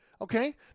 Okay